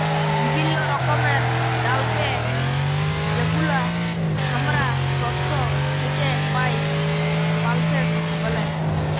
বিভিল্য রকমের ডালকে যেগুলা হামরা শস্য থেক্যে পাই, পালসেস ব্যলে